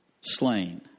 slain